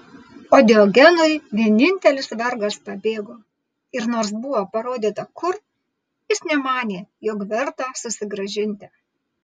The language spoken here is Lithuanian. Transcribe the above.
o diogenui vienintelis vergas pabėgo ir nors buvo parodyta kur jis nemanė jog verta susigrąžinti